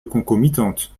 concomitantes